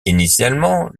initialement